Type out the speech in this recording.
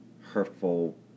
hurtful